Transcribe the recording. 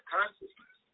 consciousness